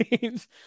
games